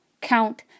Count